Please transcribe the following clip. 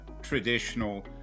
traditional